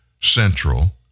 Central